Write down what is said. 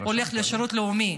הולך לשירות לאומי,